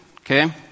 okay